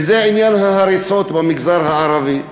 וזה עניין ההריסות במגזר הערבי,